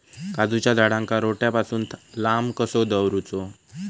काजूच्या झाडांका रोट्या पासून लांब कसो दवरूचो?